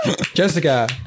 Jessica